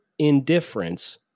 indifference